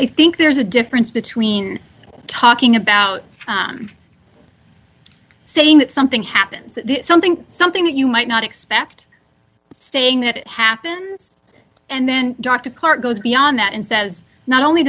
i think there's a difference between talking about saying that something happens something something that you might not expect staying that it happens and then dr clarke goes beyond that and says not only